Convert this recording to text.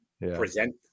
present